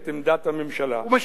הוא משיב פה בשם הממשלה.